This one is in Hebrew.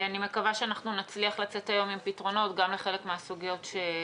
אני מקווה שאנחנו נצליח לצאת היום עם פתרונות גם לחלק מהסוגיות שהעלית.